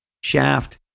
Shaft